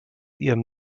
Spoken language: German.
ihrem